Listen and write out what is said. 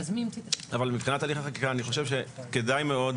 אבל מבחינת הליך החקיקה אני חושב שכדאי מאוד,